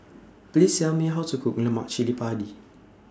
Please Tell Me How to Cook Lemak Cili Padi